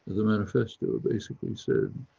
the manifesto basically said,